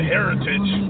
Heritage